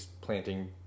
planting